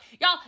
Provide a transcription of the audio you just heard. y'all